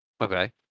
Okay